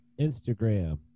Instagram